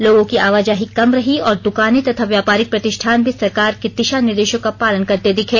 लोगों की आवाजाही कम रही और दूकानें तथा व्यापारिक प्रतिष्ठान भी सरकार के दिशा निर्देशों का पालन करते दिखे